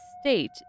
state